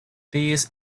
these